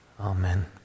Amen